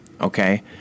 okay